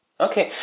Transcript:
Okay